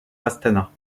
astana